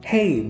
Hey